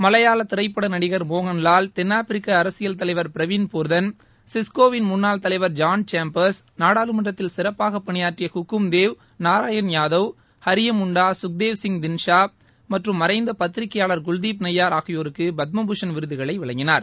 மலையாள திரைப்பட நடிகள் மோகன் லால் தென் ஆப்பிரிக்க அரசியல் தலைவர் பிரவீன் போ்தன் சிஸ்கோவின் முன்னாள் தலைவர் ஜான் சேம்பர்ஸ் நாடாளுமன்றத்தில் சிறப்பாக பணியாற்றிய ஹுக்கும் தேவ் நாரயாண் யாதவ் ஹரியமுண்டா கக்தேவ் சிங் தின்ஷா மற்றும் மறைந்த பத்திரிக்கையாளால் குல்தீப் நய்யார் ஆகியோருக்கு பத்மபூஷ்ன் விருதுகளை வழங்கினார்